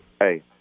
Hey